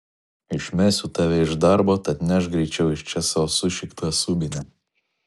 išmesiu tave iš darbo tad nešk greičiau iš čia savo sušiktą subinę